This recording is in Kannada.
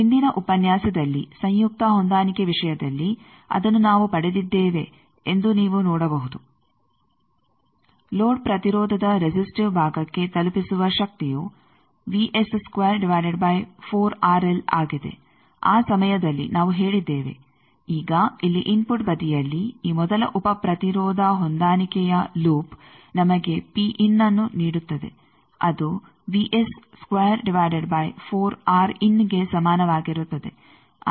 ಹಿಂದಿನ ಉಪನ್ಯಾಸದಲ್ಲಿ ಸಂಯುಕ್ತ ಹೊಂದಾಣಿಕೆ ವಿಷಯದಲ್ಲಿ ಅದನ್ನು ನಾವು ಪಡೆದಿದ್ದೇವೆ ಎಂದು ನೀವು ನೋಡಬಹುದು ಲೋಡ್ ಪ್ರತಿರೋಧದ ರೆಸಿಸ್ಟಿವ್ ಭಾಗಕ್ಕೆ ತಲುಪಿಸುವ ಶಕ್ತಿಯು ಆಗಿದೆ ಆ ಸಮಯದಲ್ಲಿ ನಾವು ಹೇಳಿದ್ದೇವೆ ಈಗ ಇಲ್ಲಿ ಇನ್ಫುಟ್ ಬದಿಯಲ್ಲಿ ಈ ಮೊದಲ ಉಪ ಪ್ರತಿರೋಧ ಹೊಂದಾಣಿಕೆಯ ಲೂಪ್ ನಮಗೆ ಅನ್ನು ನೀಡುತ್ತದೆ ಅದು ಗೆ ಸಮಾನವಾಗಿರುತ್ತದೆ